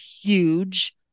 huge